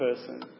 person